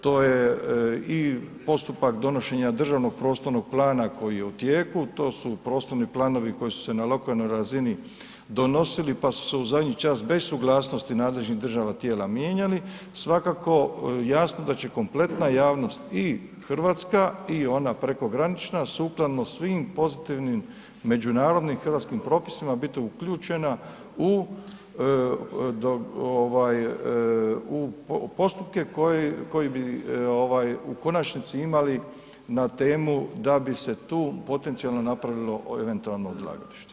To je i postupak donošenja državnog prostornog plana koji je u tijeku, to su prostorni planovi koji su se na lokalnoj razini donosili pa su se u zadnji čas bez suglasnosti nadležnih državnih tijela mijenjali, svakako jasno da će kompletna javnost, i Hrvatska i ona preko granična sukladno svim pozitivnim međunarodnim hrvatskim propisima biti uključena u ovaj, u, u postupke koji bi, ovaj u konačnici imali na temu da bi se tu potencijalno napravilo eventualno odlagalište.